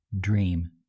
dream